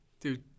Dude